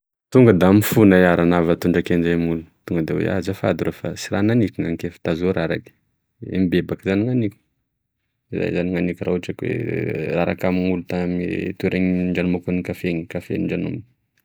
Tonga da mifony iaho raha nahavatondraky anzay amin'olo tonga da oe azafady rô fa sy ra nagniko nankeo fa da azoa raha raiky e mibebaky zany gn'haniko zay zany gn'haniko raha ohatry koa hoe raraka amen'olo tame toerana nindranomako gne kafe nindranomako.